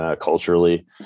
culturally